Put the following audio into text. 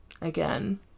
Again